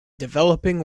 developing